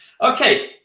Okay